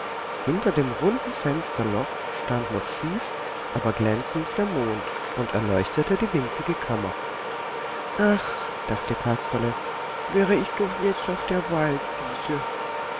hinter dem runden fensterloch stand noch schief aber glänzend der mond und erleuchtete die winzige kammer ach dachte kasperle wäre ich doch jetzt auf der waldwiese